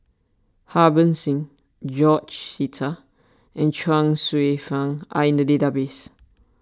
Harbans Singh George Sita and Chuang Hsueh Fang are in the database